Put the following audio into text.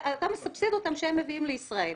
כאשר אתה מסבסד אותם כשהם מביאים לישראל.